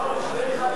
לא, שני חלקים.